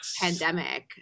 pandemic